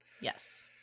Yes